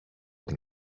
την